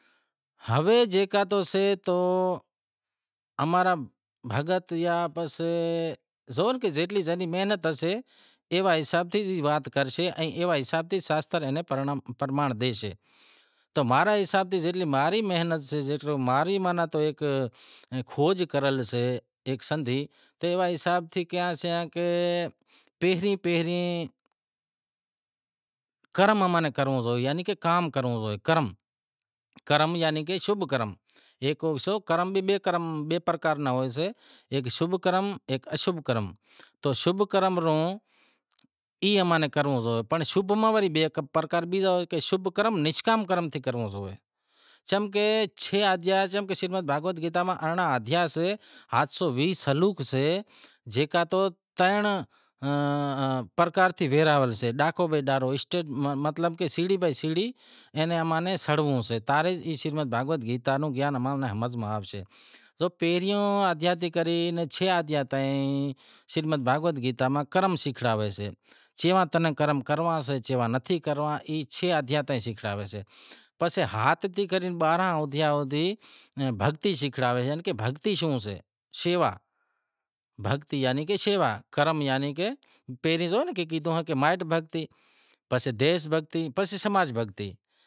ہوے جیکا تو سے امارا بھگت یا پسے زو تاں جیتلی جیتلی محنت کرسے ایوا حساب سیں وات کرسے ان ایوا حساب سیں شاستر پرمانڑ ڈیشے، تو ماں رے حساب سیں زیتلی ماں ری محنت سے ماناں جیتلی ماں ری کھوج کریل سے تو اینے حساب سیں کہیاسیاں کہ پہریں پہریں کرم ماناں کرنڑو زوئے، کرم بھی بئے پرکار را ہوئیسیں ہیک شبھ کرم ایک اشبھ کرم، شبھ کرم رو وڑے ای کرنڑو زائے، وڑے شبھ کرم را بھی بئے کرم ہوئیں تا، شبھ کرم نشکام کرم، چمکہ شریمد بھگوت گیتا ماہ ارڑنہاں آدھیا سیں ہاتھ سو ویہہ سلوک سیں زے ترن پرکار سیں ورہایل سیں، ڈاکو بائے ڈاکو، اسٹیپ مطلب سیڑہی بائے سیڑہی، اینی اماں نے سڑووں سے تاں رے بھگوت گیتا رو گیان اماں نیں ہمز میں آوشے۔ تو پہریوں ادھیا سیں لے کرے شے ادہیا تائیں بھگوت گیتا امیں کرم شیکھائے تی۔ کیوا تمیں کرم کرنڑا سے کیوا نتھی کرنڑا اے شے ادھیا کرم شیکھائیسے، پسے ہات سیں لے کرے بارہاں ادہیا بھگتی شیکھڑائیں کہ بھگتی شوں سے۔ شیوا بھگتی یعنی کہ شیوا، کرم یعنی پہریں زو مائیٹ بھگتی، پسے دیش بھگتی پسے سماج بھگتی۔